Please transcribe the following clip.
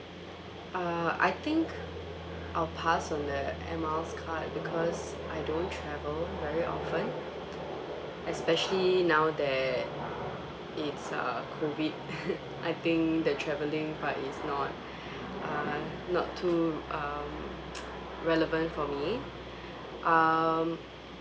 uh I think I'll pass on the air miles card because I don't travel very often especially now that it's uh COVID I think the travelling part is not uh not too um relevant for me um